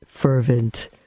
Fervent